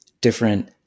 different